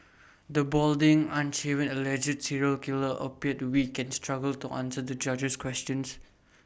the balding unshaven alleged serial killer appeared weak and struggled to answer the judge's questions